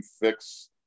fix